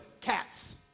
cats